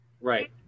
Right